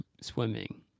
swimming